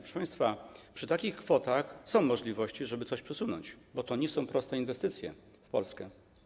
Proszę państwa, przy takich kwotach są możliwości, żeby coś przesunąć, bo to nie są proste inwestycje, inwestycje w Polskę.